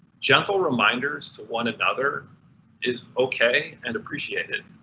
gentle reminders to one another is okay and appreciate it.